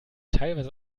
teilweise